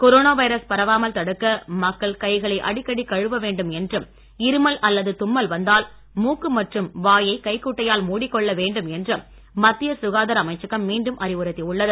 corona virus பரவாமல் தடுக்க மக்கள் கைகளை அடிக்கடி கழுவ வேண்டும் என்றும் இருமல் அல்லது தும்மல் வந்தால் மூக்கு மற்றும் வாயை கைக்குட்டையால் மூடிக்கொள்ள வேண்டும் என்றும் மத்திய சுகாதார அமைச்சகம் மீண்டும் அறிவுறுத்தியுள்ளது